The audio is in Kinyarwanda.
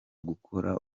gutora